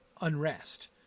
unrest